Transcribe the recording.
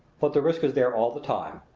but the risk is there all the time.